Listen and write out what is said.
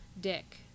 Dick